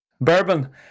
Bourbon